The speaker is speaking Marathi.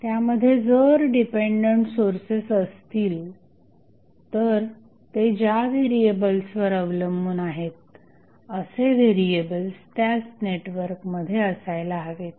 त्यामध्ये जर डिपेंडंट सोर्सेस असतील तर ते ज्या व्हेरिएबल्सवर अवलंबून आहेत असे व्हेरीएबल्स त्याच नेटवर्कमध्ये असायला हवेत